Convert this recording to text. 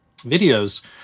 videos